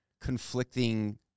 conflicting